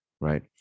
right